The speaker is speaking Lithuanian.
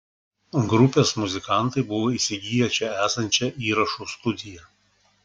grupės muzikantai buvo įsigiję čia esančią įrašų studiją